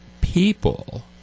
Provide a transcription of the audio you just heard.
people